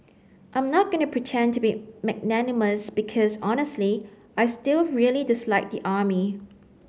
I'm not going to pretend to be magnanimous because honestly I still really dislike the army